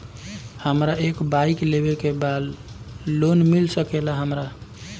हमरा एक बाइक लेवे के बा लोन मिल सकेला हमरा?